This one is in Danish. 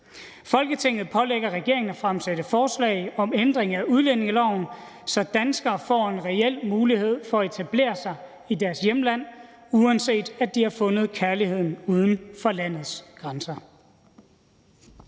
Folketinget pålægger regeringen at fremsætte forslag om ændring af udlændingeloven, således at danskere får en reel mulighed for at etablere sig i deres hjemland, uanset at de har fundet kærligheden uden for landets grænser.«